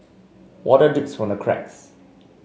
water drips from the cracks